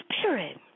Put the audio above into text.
Spirit